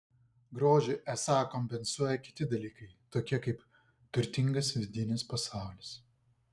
grožį esą kompensuoja kiti dalykai tokie kaip turtingas vidinis pasaulis